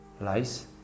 Lies